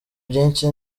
byinshi